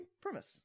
premise